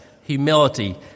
humility